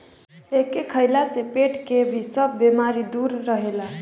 एके खइला से पेट के भी सब बेमारी दूर रहेला